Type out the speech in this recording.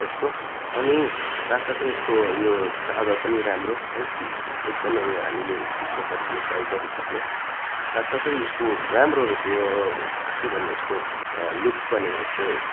यसको अनि साथसाथै यसको यो चार्जर पनि राम्रो है एकदमै हामीले जसरी पनि प्रयोग गर्नुसक्ने साथसाथै यसको राम्रो रहेछ यो के भन्नु यसको लुक्स पनि यसको